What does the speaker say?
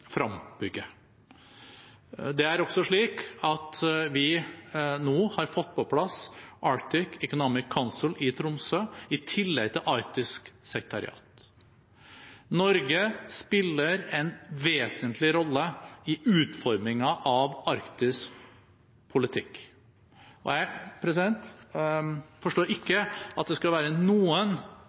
Det er også slik at vi nå har fått på plass Arctic Economic Council i Tromsø i tillegg til Arktisk sekretariat. Norge spiller en vesentlig rolle i utformingen av arktisk politikk. Jeg forstår ikke at det skal være